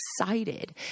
excited